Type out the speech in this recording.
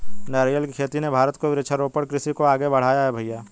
नारियल की खेती ने भारत को वृक्षारोपण कृषि को आगे बढ़ाया है भईया